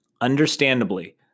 Understandably